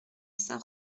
saint